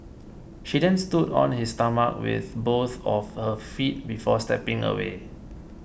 she then stood on his stomach with both of her feet before stepping away